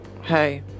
hey